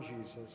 Jesus